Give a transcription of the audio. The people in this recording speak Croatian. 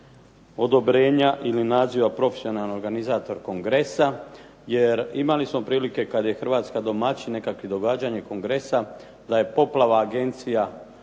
odobrenja ili naziva profesionalni organizator kongresa. Jer imali smo prilike kada je Hrvatska domaćin nekakvog kongresa da je poplava agencija